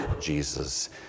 Jesus